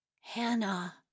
Hannah